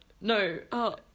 no